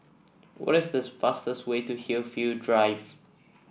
what is does fastest way to Hillview Drive